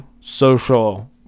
social